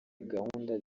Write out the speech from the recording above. gahunda